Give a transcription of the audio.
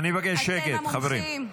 אני מבקש שקט, חברים.